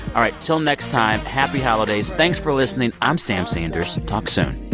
all right. till next time, happy holidays. thanks for listening. i'm sam sanders. talk soon